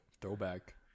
throwback